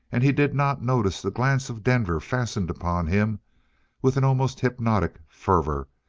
and he did not notice the glance of denver fasten upon him with an almost hypnotic fervor,